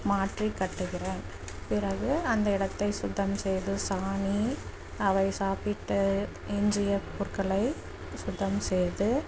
மாற்றிக் கட்டுகிறோம் பிறகு அந்த இடத்தை சுத்தம் செய்து சாணி அவை சாப்பிட்டு எஞ்சிய பொருட்களை சுத்தம் செய்து